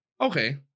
Okay